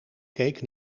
keek